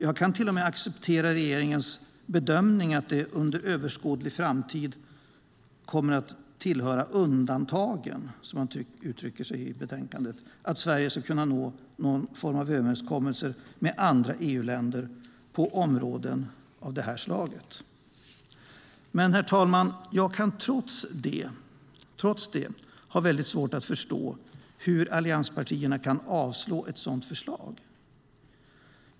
Jag kan till och med acceptera regeringens bedömning att det under överskådlig framtid kommer att tillhöra undantagen, som man uttrycker sig i betänkandet, att Sverige ska kunna nå någon form av överenskommelse med andra EU-länder på områden av det här slaget. Jag har trots det mycket svårt att förstå hur allianspartierna kan avslå ett sådant förslag.